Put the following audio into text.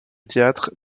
théâtre